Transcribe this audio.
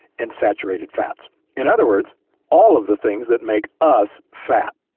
and saturated fats in other words all of the things that make us fat.